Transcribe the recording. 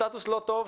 זה סטטוס לא טוב,